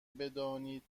بدانید